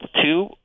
two